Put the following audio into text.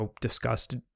discussed